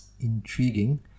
intriguing